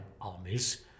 armies